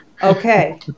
Okay